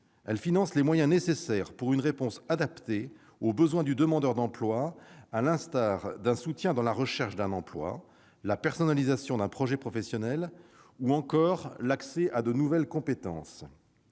l'octroi des moyens nécessaires pour une réponse adaptée aux besoins du demandeur d'emploi, à l'instar d'un soutien dans la recherche d'un emploi, de la personnalisation d'un projet professionnel ou encore de l'accès à de nouvelles compétences.